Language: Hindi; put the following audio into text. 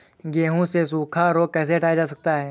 गेहूँ से सूखा रोग कैसे हटाया जा सकता है?